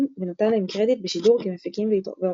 ונתן להם קרדיט בשידור כמפיקים ועורכים.